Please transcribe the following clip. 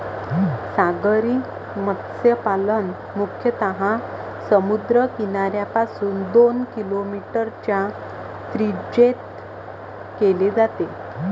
सागरी मत्स्यपालन मुख्यतः समुद्र किनाऱ्यापासून दोन किलोमीटरच्या त्रिज्येत केले जाते